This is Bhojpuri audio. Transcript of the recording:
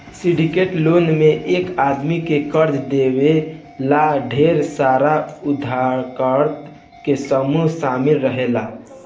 सिंडिकेट लोन में एक आदमी के कर्जा दिवावे ला ढेर सारा उधारकर्ता के समूह शामिल रहेला